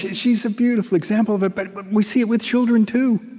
she's a beautiful example of it, but we see it with children too.